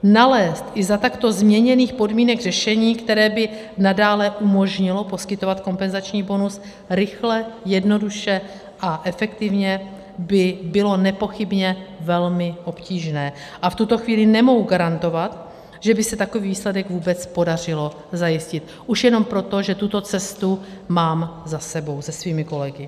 Nalézt i za takto změněných podmínek řešení, které by nadále umožnilo poskytovat kompenzační bonus rychle, jednoduše a efektivně, by bylo nepochybně velmi obtížné a v tuto chvíli nemohu garantovat, že by se takový výsledek vůbec podařilo zajistit, už jenom proto, že tuto cestu mám za sebou se svými kolegy.